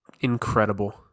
incredible